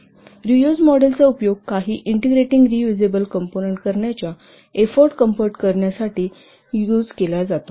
तर reuse model चा उपयोग काही ईंटेग्रेटींग रियुजेबल कंपोनंन्ट करण्याच्या एफोर्ट कॉम्पुट करण्यासाठी केला जातो